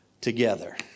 together